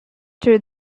through